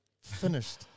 finished